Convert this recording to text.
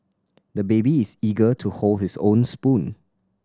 the baby is eager to hold his own spoon